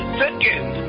second